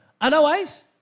Otherwise